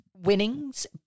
winnings